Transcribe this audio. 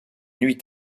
nuit